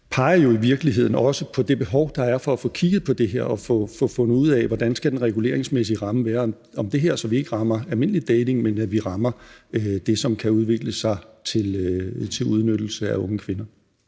peger jo i virkeligheden også på det behov, der er for at få kigget på det her og få fundet ud af, hvordan den reguleringsmæssige ramme skal være omkring det her, så vi ikke rammer almindelig dating, men rammer det, som kan udvikle sig til udnyttelse af unge kvinder.